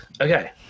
okay